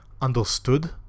understood